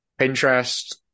Pinterest